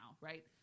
right